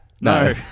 No